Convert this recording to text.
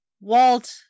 walt